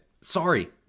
Sorry